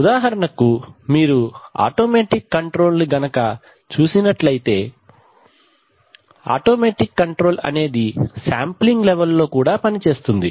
ఉదాహరణకు మీరు automatic control చూసినట్లయితే ఆటోమెటిక్ కంట్రోల్ అనేది శాంప్లింగ్ లెవెల్ లో కూడా పనిచేస్తుంది